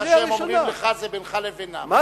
מה שאומרים לך זה בינך לבינם.